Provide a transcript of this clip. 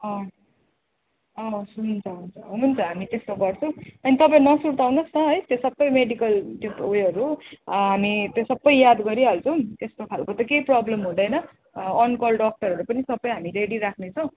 अँ अँ हुन्छ हुन्छ हामी त्यस्तो गर्छौँ अनि तपाईँ नसुर्ताउनुहोस् न है त्यो सबै मेडिकल त्यो उयोहरू हामी त्यो सबै याद गरिहाल्छौँ त्यस्तो खालको त केही प्रब्लम हुँदैन अनकल डक्टरहरू पनि सबै हामी रेडी राख्नेछौँ